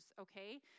okay